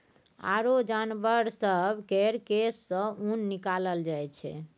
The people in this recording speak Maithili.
आरो जानबर सब केर केश सँ ऊन निकालल जाइ छै